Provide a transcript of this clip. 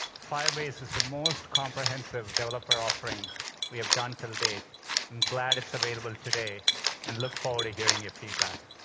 firebase is the most comprehensive rdeveloper offering we have done to to date. i'm glad it's available today and look forward to hearing your feedback.